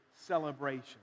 celebration